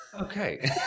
Okay